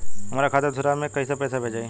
हमरा खाता से दूसरा में कैसे पैसा भेजाई?